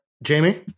Jamie